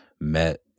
met